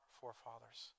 forefathers